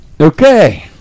Okay